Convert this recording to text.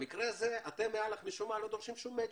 במקרה הזה אתם לא דורשים מאל"ח משום מה שום מצ'ינג.